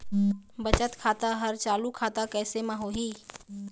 बचत खाता हर चालू खाता कैसे म होही?